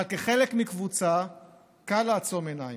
אבל כחלק מקבוצה קל לעצום עיניים,